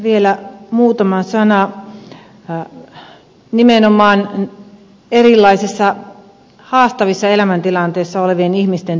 vielä muutama sana nimenomaan erilaisissa haastavissa elämäntilanteissa olevien ihmisten työllistämisestä